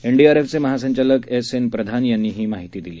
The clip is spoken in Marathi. एनडीआरएफचे महासंचालक एस एन प्रधान यांनी ही माहिती दिली